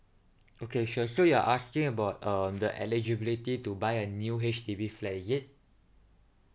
okay sure so you're asking about um the eligibility to buy a new H_D_B flat is it